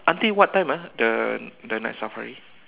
until what time ah the the night safari